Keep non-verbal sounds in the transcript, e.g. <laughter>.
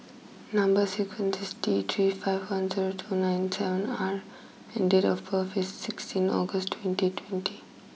number <unintelligible> is T three five one zero two nine seven R and date of birth is sixteen August twenty twenty